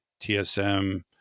TSM